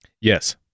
Yes